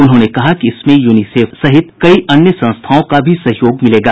उन्होंने कहा कि इसमें यूनीसेफ समेत कई अन्य संस्थाओं का भी सहयोग मिलेगा